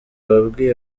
wabwiye